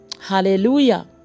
Hallelujah